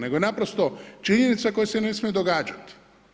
Nego je naprosto činjenica koja se ne smije događati.